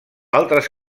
altres